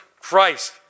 christ